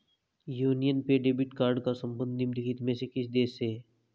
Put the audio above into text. Union पे debit card का संबंध निम्नलिखित में से किस देश से है?